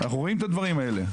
אנחנו רואים את הדברים האלה,